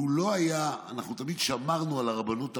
שהוא לא היה, אנחנו תמיד שמרנו על הרבנות הראשית,